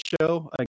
show